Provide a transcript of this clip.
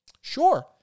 Sure